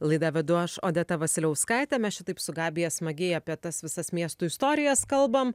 laidą vedu aš odeta vasiliauskaitė mes čia taip su gabija smagiai apie tas visas miestų istorijas kalbam